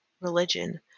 religion